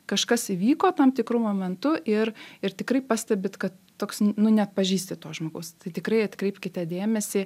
kažkas įvyko tam tikru momentu ir ir tikrai pastebit kad toks nu neatpažįsti to žmogaus tai tikrai atkreipkite dėmesį